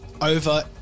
over